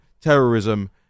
terrorism